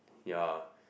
ya